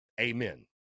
Amen